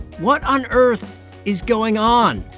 what on earth is going on?